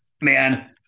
man